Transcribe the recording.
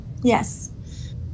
Yes